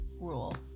rule